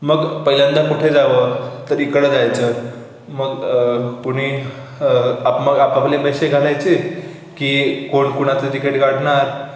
मग पहिल्यांदा कुठे जावं तर इकडं जायचं मग पुणे आप मग आपापले पैसे घालायचे की कोण कोणाचं तिकीट काढणार